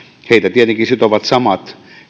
tietenkin sitovat samat